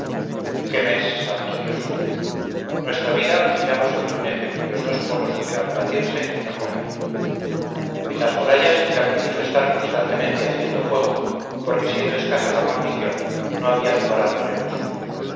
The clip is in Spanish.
qué mes santo dios nuestra vida giraba sobre un eje cuyos dos polos eran batirse y no comer en las murallas era preciso estar constantemente haciendo fuego porque siendo escasa la guarnición no había lugar a relevos